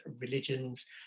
religions